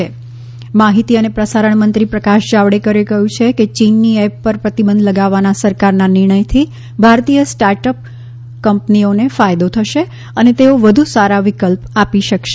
પ્રકાશ જાવડેકર માહિતી અને પ્રસારણ મંત્રી પ્રકાશ જાવડેકરે કહ્યું છે કે ચીનની એપ પર પ્રતિબંધ લગાવવાના સરકારના નિર્ણયથી ભારતીય સ્ટાર્ટઅપ કંપનીઓને ફાયદો થશે અને તેઓ વધુ સારા વિકલ્પ આપી શકશે